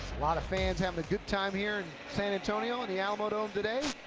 a lot of fans having a good time here in san antonio, and the alamodome today.